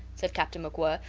said captain macwhirr,